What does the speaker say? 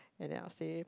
and then I'll say